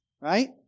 Right